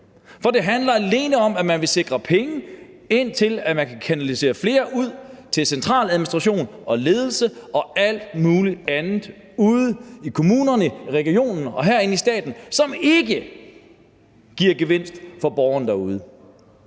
For det handler alene om, at man vil sikre penge til, at man kan kanalisere flere af dem ud til centraladministration og ledelse og alt muligt andet ude i kommunerne, regionerne og herinde i staten, som ikke giver gevinst for borgerne derude.